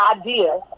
idea